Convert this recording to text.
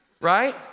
right